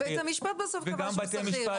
בית המשפט בסוף קבע שהוא שכיר,